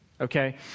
Okay